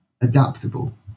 adaptable